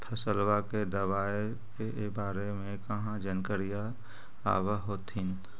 फसलबा के दबायें के बारे मे कहा जानकारीया आब होतीन?